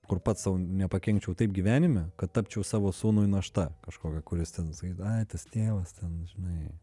kur pats sau nepakenkčiau taip gyvenime kad tapčiau savo sūnui našta kažkokia kur jis ten ai tas tėvas ten žinai